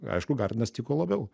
aišku gardinas tiko labiau